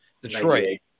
Detroit